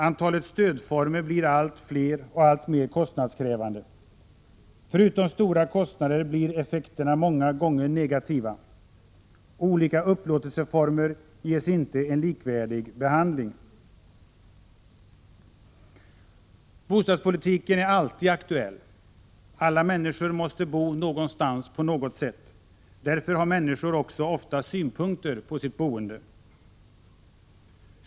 Antalet stödformer blir allt fler och alltmer kostnadskrävande. Förutom att det drar stora kostnader blir effekterna många gånger negativa. Olika upplåtelseformer ges inte en likvärdig behandling. Bostadspolitiken är alltid aktuell. Alla människor måste bo någonstans på något sätt. Därför har människor också ofta synpunkter på boendet.